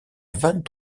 vingt